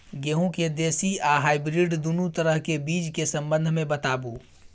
गेहूँ के देसी आ हाइब्रिड दुनू तरह के बीज के संबंध मे बताबू?